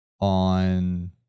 on